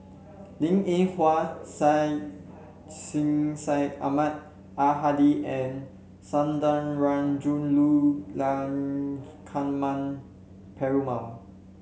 Linn In Hua Syed Sheikh Syed Ahmad Al Hadi and Sundarajulu Perumal